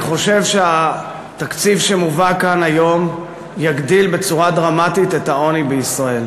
אני חושב שהתקציב שמובא כאן היום יגדיל בצורה דרמטית את העוני בישראל